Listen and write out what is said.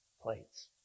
plates